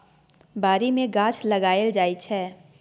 बारी मे गाछ लगाएल जाइ छै